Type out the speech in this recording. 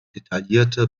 detaillierte